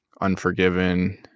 Unforgiven